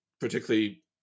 particularly